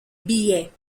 billets